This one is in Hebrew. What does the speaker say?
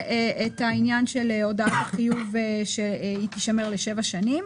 וגם העניין של הודעת החיוב, שתישמר לשבע שנים.